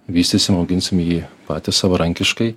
vystysim auginsim jį patys savarankiškai